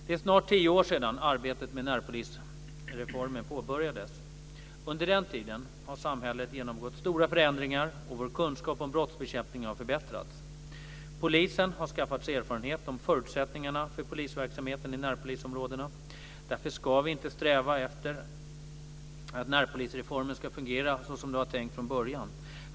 Det är snart tio år sedan arbetet med närpolisreformen påbörjades. Under den tiden har samhället genomgått stora förändringar och vår kunskap om brottsbekämpning har förbättrats. Polisen har skaffat sig erfarenhet om förutsättningarna för polisverksamheten i närpolisområdena. Därför ska vi inte sträva efter att närpolisreformen ska fungera så som det var tänkt från början.